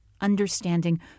understanding